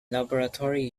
laboratory